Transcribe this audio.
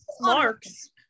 marks